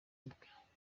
ubwe